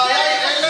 הבעיה היא אלה שפלשו.